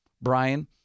Brian